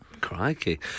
Crikey